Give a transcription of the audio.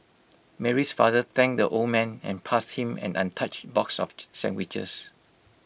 Mary's father thanked the old man and passed him an untouched box of the sandwiches